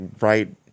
right